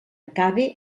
acabe